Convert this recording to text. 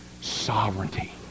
sovereignty